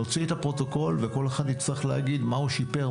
נוציא את הפרוטוקול וכל אחד יצטרך להגיד מה הוא שיפר,